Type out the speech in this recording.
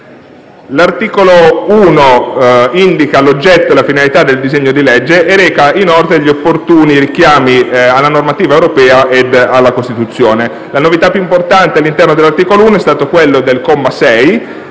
L'articolo 1 indica l'oggetto e la finalità del disegno di legge e reca inoltre gli opportuni richiami alla normativa europea ed alla Costituzione. La novità più importante all'interno dell'articolo 1 è quella prevista al comma 6,